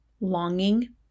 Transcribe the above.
Longing